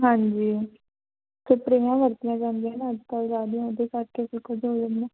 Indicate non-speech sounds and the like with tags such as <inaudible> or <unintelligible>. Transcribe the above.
ਹਾਂਜੀ ਸਪ੍ਰੇਹਾਂ ਵਰਤੀਆਂ ਜਾਂਦੀਆਂ ਨਾ ਅੱਜ ਕੱਲ੍ਹ <unintelligible> ਉਹਦੇ ਕਰਕੇ ਵੀ ਕੁਝ ਹੋ ਜਾਂਦਾ